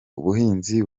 ubuhinzi